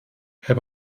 herr